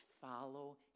follow